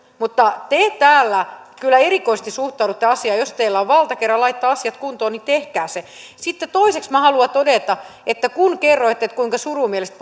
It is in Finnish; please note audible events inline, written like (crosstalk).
mutta te täällä kyllä erikoisesti suhtaudutte asiaan jos teillä on valta kerran laittaa asiat kuntoon niin tehkää se sitten toiseksi haluan todeta että kun kerroitte kuinka surumielistä (unintelligible)